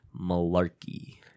Malarkey